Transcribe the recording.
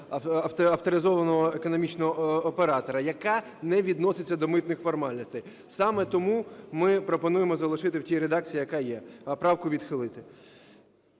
авторизованого економічного оператора, яка не відноситься до митних формальностей. Саме тому ми пропонуємо залишити в тій редакції, яка є, а правку відхилити.